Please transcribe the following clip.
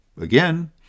Again